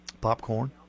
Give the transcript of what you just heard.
popcorn